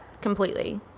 completely